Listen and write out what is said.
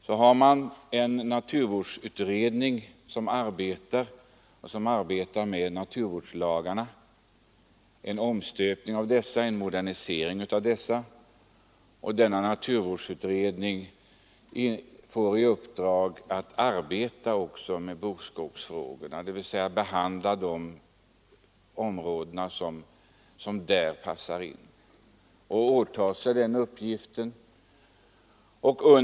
Så har man en naturvårdsutredning som arbetar med en omstöpning och modernisering av naturvårdslagarna. Denna naturvårdsutredning får i uppdrag att också arbeta med bokskogsfrågorna, dvs. de områden som där passar in.